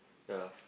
ya